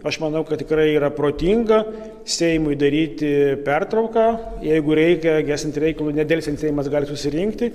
aš manau kad tikrai yra protinga seimui daryti pertrauką jeigu reikia gi esant reikalui nedelsiant seimas gali susirinkti